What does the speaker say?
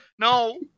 No